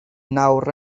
nawr